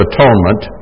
Atonement